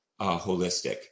holistic